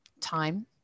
time